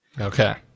Okay